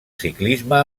ciclisme